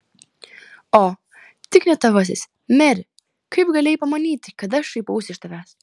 o tik ne tavasis meri kaip galėjai pamanyti kad aš šaipausi iš tavęs